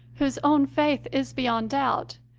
whose own faith is beyond doubt,